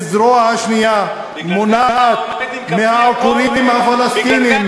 ובזרוע השנייה מונעת מהעקורים הפלסטינים,